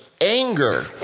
anger